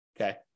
Okay